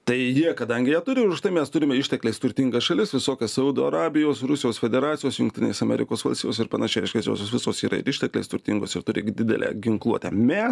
tai jie kadangi jie turi ir už tai mes turime ištekliais turtingas šalis visokias saudo arabijos rusijos federacijos jungtinės amerikos valstijos ir panašiai reiškias josios visos yra ir ištekliais turtingos ir turi didelę ginkluotę mes